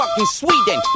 Sweden